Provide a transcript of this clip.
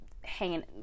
hanging